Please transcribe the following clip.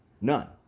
None